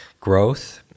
growth